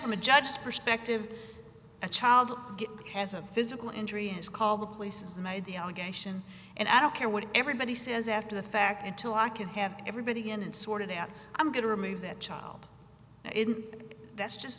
from a judge's perspective a child has a physical injury has called the police has made the allegation and i don't care what everybody says after the fact until i can have everybody in and sorted out i'm going to remove that child that's just